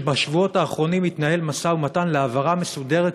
שבשבועות האחרונים התנהל משא-ומתן להעברה מוסדרת